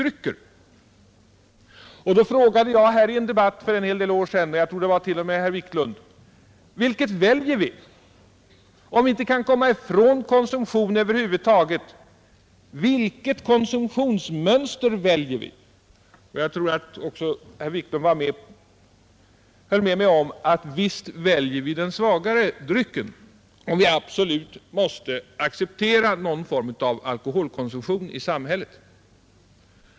I en debatt för en del år sedan ställde jag frågan — jag tror t.o.m. att det var till herr Wiklund i Stockholm: Om vi inte kan komma ifrån alkoholkonsumtion över huvud taget, vilket konsumtionsmönster väljer vi? Jag tror att också herr Wiklund höll med mig om att visst väljer vi den svagare drycken, om vi absolut måste acceptera någon form av alkoholkonsumtion i samhället.